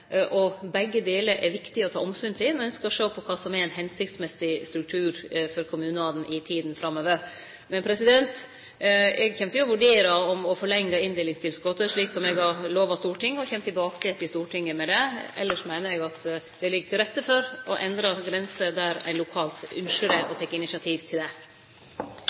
begge delar er viktig å ta omsyn til når ein skal sjå på kva som er ein hensiktsmessig struktur for kommunane i tida framover. Eg kjem til å vurdere å forlengje inndelingstilskotet, slik som eg har lova Stortinget, og kjem tilbake til Stortinget med det. Elles meiner eg at det ligg til rette for å endre grenser der ein lokalt ynskjer det og tek initiativ til det.